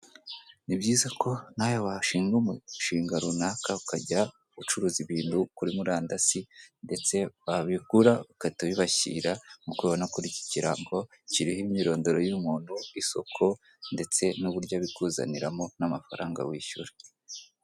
Ni byiza ko nawe washinga umushinga runaka ukujya ucuruza ibintu kuri murandasi ndetse babigura ugahita ubibashyira nk'uko ubibonsa kuri iki kirango kiriho imyirondoro y'umuntu, isoko ndetse n'uburyo abikuzaniramo n'amafaranga wishyura.